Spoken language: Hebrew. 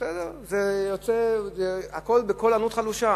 בסדר, זה יוצא בקול ענות חלושה.